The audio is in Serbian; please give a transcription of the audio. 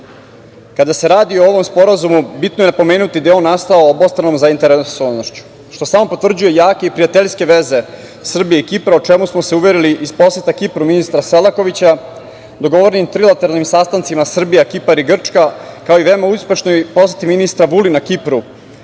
se radi o ovom sporazumu bitno je napomenuti da je on nastao obostranom zainteresovanošću, što samo potvrđuje jake i prijateljske veze Srbije i Kipra u šta smo uverili iz poseta Kipru ministra Selakovića, dogovorenim trilateralnim sastancima Srbija – Kipar – Grčka, kao i veoma uspešnoj poseti ministra Vulina Kipru